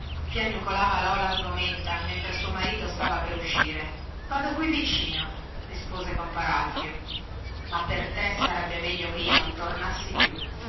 piagnucolava lola sgomenta mentre suo marito stava per uscire vado qui vicino rispose compar alfio ma per te sarebbe meglio che io non tornassi più